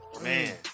man